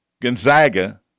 Gonzaga